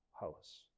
house